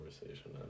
conversation